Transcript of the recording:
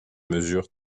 mesures